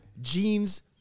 jeans